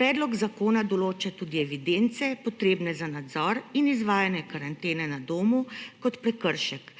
Predlog zakona določa tudi evidence, potrebne za nadzor in izvajanje karantene na domu kot prekršek.